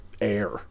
air